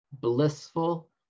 blissful